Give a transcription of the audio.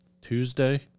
Tuesday